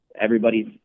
everybody's